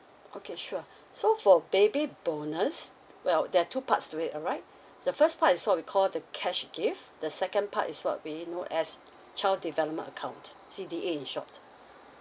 okay sure so for baby bonus well there are two parts to it alright the first part is what we call the cash gift the second part is what being known as child development account C_D_A in short